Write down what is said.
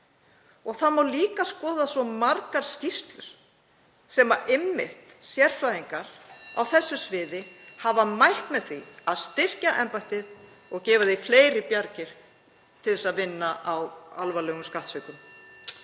Það má líka skoða svo margar skýrslur þar sem sérfræðingar á þessu sviði (Forseti hringir.) hafa mælt með því að styrkja embættið og gefa því fleiri bjargir til þess að vinna á alvarlegum skattsvikum.